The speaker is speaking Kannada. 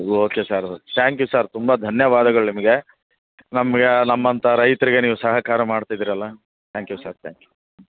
okay sir thank you sir ತುಂಬಾ ಧನ್ಯವಾದಗಳು ನಿಮಗೆ ನಮಗೆ ನಮ್ಮಂತ ರೈತರಿಗೆ ನೀವು ಸಹಕಾರ ಮಾಡ್ತಿದ್ದೀರಲ್ಲ thank you sir thank you